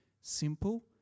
Simple